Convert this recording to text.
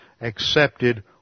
accepted